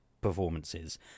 performances